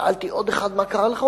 שאלתי עוד אחד: מה קרה לך?